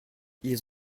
ils